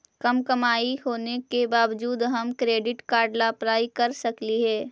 कम कमाई होने के बाबजूद हम क्रेडिट कार्ड ला अप्लाई कर सकली हे?